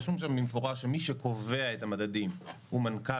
כתוב שם במפורש שמי שקובע את המדדים הוא מנכ"ל